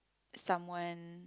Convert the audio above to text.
someone